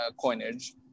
coinage